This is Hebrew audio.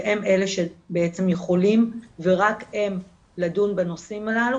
והם אלה שבעצם יכולים ורק הם יכולים לדון בנושאים הללו,